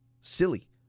Silly